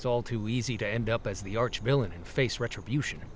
it's all too easy to end up as the arch villain in face retribution